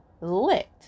licked